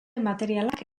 materialak